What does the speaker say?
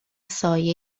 سایه